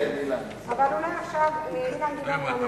עכשיו אילן גילאון,